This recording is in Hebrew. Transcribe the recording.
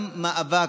גם מאבק,